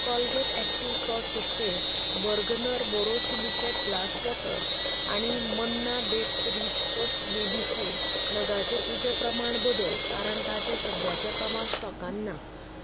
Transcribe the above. Colgate active salt toothpaste Bergner borosilicate glass water bottle आनी Manna that's rich first baby food नगांचें तुजें प्रमाण बदल कारण तांचे सद्याचे प्रमाण स्टॉकान ना